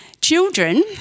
Children